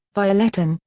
violetten,